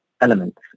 elements